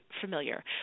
familiar